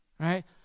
Right